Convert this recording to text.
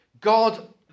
God